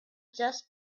just